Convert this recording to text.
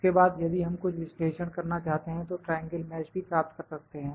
उसके बाद यदि हम कुछ विश्लेषण करना चाहते हैं तो ट्राएंगल मैश भी प्राप्त कर सकते हैं